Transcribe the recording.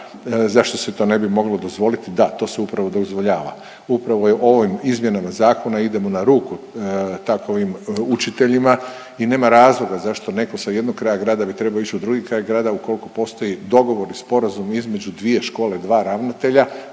zašto se to ne bi moglo dozvoliti. Da to se upravo dozvoljava, upravo ovim izmjenama zakona idemo na ruku takovim učiteljima i nema razloga zašto netko sa jednog kraja grada bi trebao ić u drugi kraj grada ukoliko postoji dogovor i sporazum između dvije škole, dva ravnatelja.